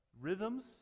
rhythms